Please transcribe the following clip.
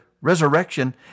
resurrection